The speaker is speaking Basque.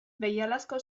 behialako